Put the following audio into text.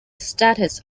status